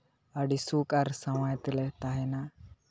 ᱟᱹᱰᱤ ᱥᱩᱠᱷ ᱟᱨ ᱥᱟᱶᱟᱭ ᱛᱮᱞᱮ ᱛᱟᱦᱮᱱᱟ